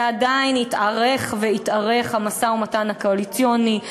ועדיין התארך והתארך המשא-ומתן הקואליציוני.